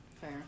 fair